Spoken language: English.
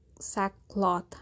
sackcloth